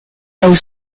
are